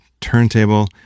turntable